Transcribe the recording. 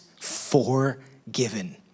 Forgiven